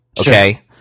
okay